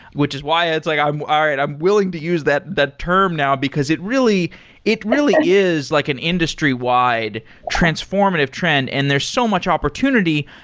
which is why it's like, all ah right, i'm willing to use that that term now, because it really it really is like an industry-wide transformative trend and there's so much opportunity,